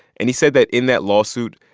and he said that in that lawsuit,